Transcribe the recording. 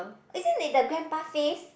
isn't it the grandpa face